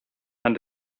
and